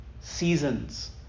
seasons